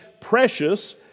precious